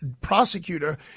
prosecutor